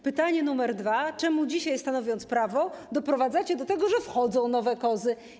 Pytanie numer dwa: Czemu dzisiaj, stanowiąc prawo, doprowadzacie do tego, że wchodzą nowe kozy?